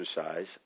exercise